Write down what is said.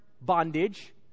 bondage